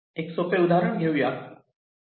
एक सोपे उदाहरण घेऊया